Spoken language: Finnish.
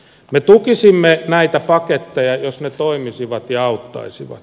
me tukisimme näitä paketteja jos ne toimisivat ja auttaisivat